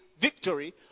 victory